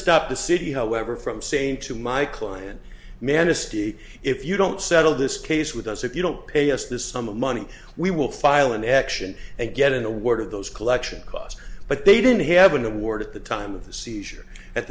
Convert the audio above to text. stop the city however from saying to my client manusky if you don't settle this case with us if you don't pay us this sum of money we will file an action and get an award of those collection costs but they didn't have an award at the time of the seizure at